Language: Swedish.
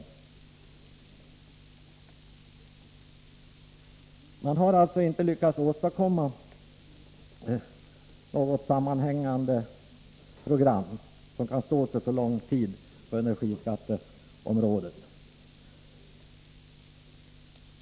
Man har alltså inte lyckats åstadkomma något sammanhängande program, som kan stå sig för lång tid på energiskatteområdet.